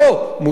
מותר,